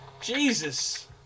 Jesus